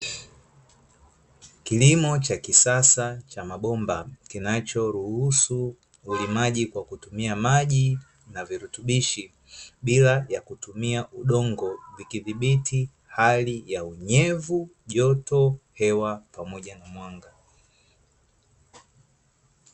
Kilimo cha kisasa cha mabomba kinachoruhusu ulimaji kwa kutumia maji na virutubishi bila ya kutumia udongo likizibiti hali ya unyevu, joto, hewa pamoja na mwanga.